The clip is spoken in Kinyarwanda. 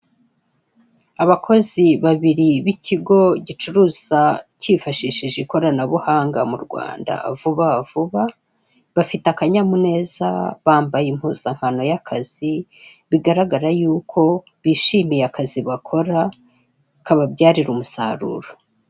Abakozi babiri b'ikigo gicuruza kifashije ikoranabuhanga mu Rwanda vuba vuba, bafite akanyamuneza bambaye impuzankano y'akazi, bigaragara y'uko bishimiye akazi bakora kababyarira umusaruro.